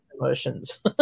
emotions